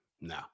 No